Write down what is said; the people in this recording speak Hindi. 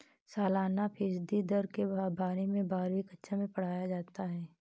सालाना फ़ीसदी दर के बारे में बारहवीं कक्षा मैं पढ़ाया जाता है